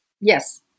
Yes